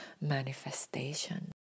manifestation